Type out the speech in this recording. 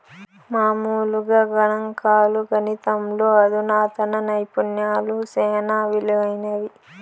మామూలుగా గణంకాలు, గణితంలో అధునాతన నైపుణ్యాలు సేనా ఇలువైనవి